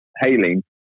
hailing